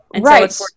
right